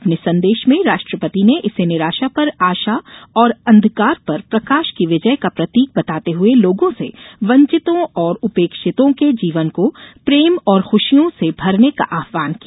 अपने संदेश में राष्ट्रपति ने इसे निराशा पर आशा और अंधकार पर प्रकाश की विजय का प्रतीक बताते हुए लोगों से वंचितों और उपेक्षितों के जीवन को प्रेम और खूशियों से भरने का आहवान किया